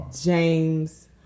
james